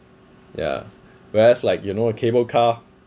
yeah whereas like you know a cable car